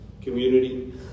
community